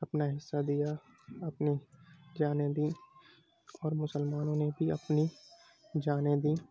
اپنا حصہ دیا اپنی جانیں دیں اور مسلمانوں نے بھی اپنی جانیں دیں